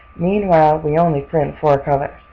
meanwhile we only print four colors.